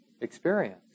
experience